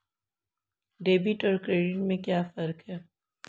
Debit और credit में क्या फर्क है?